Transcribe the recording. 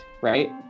right